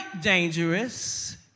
dangerous